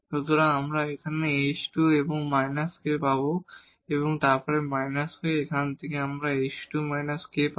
সুতরাং এখানে আমরা h2 এবং −k পাব এবং তারপর −k এখান থেকে আমরা h2 − k পাব